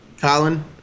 Colin